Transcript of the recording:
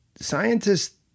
scientists